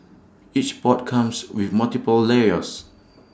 each pot comes with multiple layers